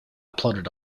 plodded